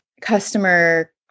customer